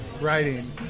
writing